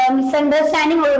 Misunderstanding